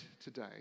today